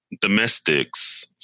domestics